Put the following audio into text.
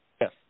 Yes